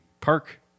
park